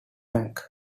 ranks